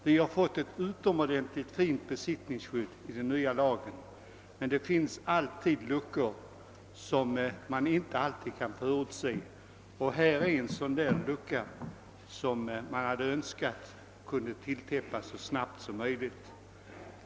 Vi har fått ett utomordentligt fint besittningsskydd genom den nya hyreslagen, men i en lagstiftning finns det alltid luckor som man inte kunnat förutse, och här är en sådan lucka, som man önskar kan täppas till så snart som möjligt.